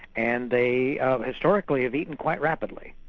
and they historically have eaten quite rapidly.